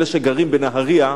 אלה שגרים בנהרייה,